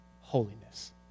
holiness